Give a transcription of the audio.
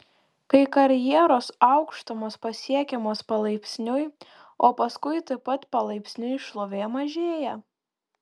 kai karjeros aukštumos pasiekiamos palaipsniui o paskui taip pat palaipsniui šlovė mažėja